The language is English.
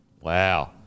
Wow